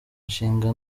nshinga